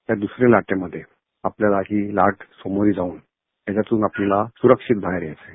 या द्रसऱ्या लाटेमध्ये आपल्याला ही लाट सामोरे जाऊन याच्यातून आपल्याला सुरक्षित बाहेर यायचं आहे